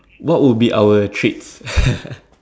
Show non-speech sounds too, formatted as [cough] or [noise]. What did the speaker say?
what would be our treats [laughs]